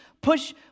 Push